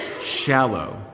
shallow